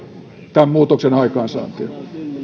tämän muutoksen aikaansaantia